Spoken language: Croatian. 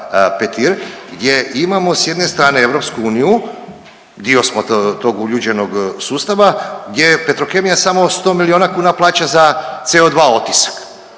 gdje imamo s jedne strane EU dio smo tog uljuđenog sustava gdje Petrokemija samo 100 milijuna kuna plaća za CO2 otisak.